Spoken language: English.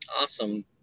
Awesome